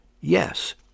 Yes